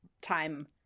time